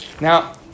Now